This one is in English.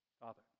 Father